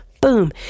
boom